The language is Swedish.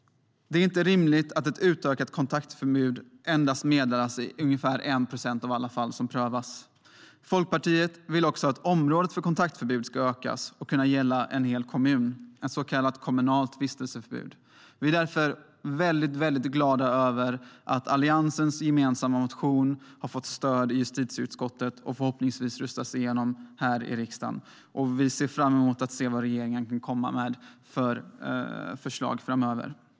Det är inte rimligt att ett utökat kontaktförbud endast meddelas i ungefär 1 procent av alla fall som prövas. Folkpartiet vill också att området för kontaktförbud ska ökas och kunna gälla en hel kommun - ett så kallat kommunalt vistelseförbud. Vi är därför glada över att Alliansens gemensamma motion har fått stöd i justitieutskottet och förhoppningsvis röstas igenom i riksdagen. Vi ser fram emot att se vilka förslag regeringen ska lägga fram framöver.